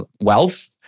wealth